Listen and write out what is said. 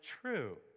true